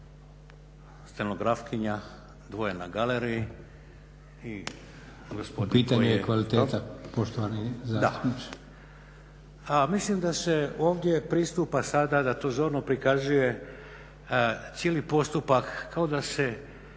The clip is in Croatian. stenografkinja, dvoje na galeriji